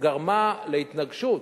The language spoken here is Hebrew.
גרמה להתנגשות.